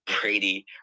Brady